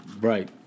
Right